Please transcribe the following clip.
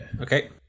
Okay